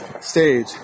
stage